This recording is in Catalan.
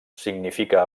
significa